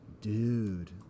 dude